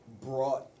brought